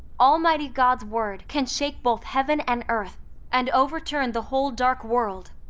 almighty god's word can shake both heaven and earth, and overturn the whole dark world.